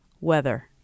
weather